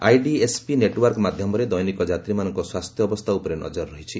IDSP network ମାଧ୍ୟମରେ ଦୈନିକ ଯାତ୍ରୀମାନଙ୍କ ସ୍ୱାସ୍ଥ୍ୟ ଅବସ୍ଥା ଉପରେ ନଜର ରହିଛି